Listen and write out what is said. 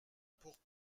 pour